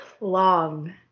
long